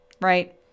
right